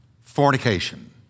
fornication